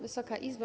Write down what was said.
Wysoka Izbo!